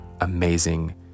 amazing